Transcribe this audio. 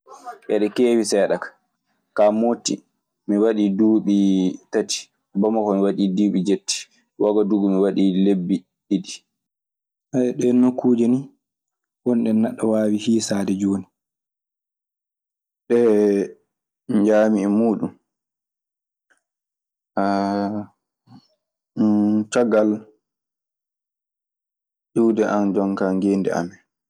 Heɗɗe kewi seɗam ka, ka moti mi waɗi dubi tati. Bamako mi waɗi dubi jetti. Wagadugu mi waɗi lebi diɗɗi. Ɗe njah mi e mun caggal iwde kam jooni ka ngenndi amin.